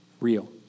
real